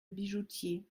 bijoutier